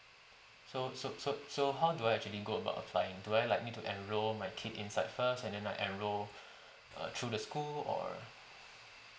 so so so so how do I actually go about applying do I like need to enroll my kid inside first and then I enroll uh through the school or